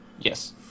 Yes